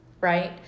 right